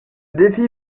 défi